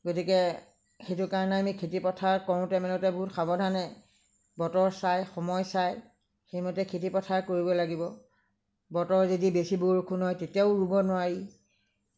গতিকে সেইটোকাৰণে খেতি পথাৰ কৰোতে মেলোতে বহুত সাৱধানে বতৰ চাই সময় চাই সেইমতে খেতি পথাৰ কৰিব লাগিব বতৰ যদি বেছি বৰষুণ হয় তেতিয়াও ৰোব নোৱাৰি